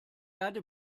erde